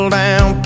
down